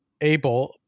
able